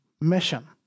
mission